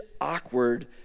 awkward